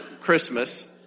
Christmas